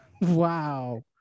Wow